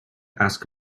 ask